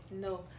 No